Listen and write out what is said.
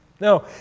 No